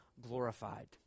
glorified